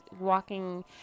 walking